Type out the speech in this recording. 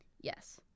Yes